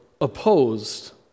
opposed